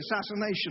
Assassination